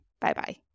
Bye-bye